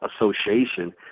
association